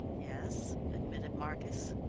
yes, admitted marcus.